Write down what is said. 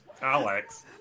Alex